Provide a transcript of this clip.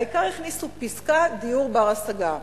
העיקר הכניסו פסקה: דיור בר-השגה.